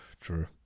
True